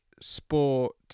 sport